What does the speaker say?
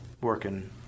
working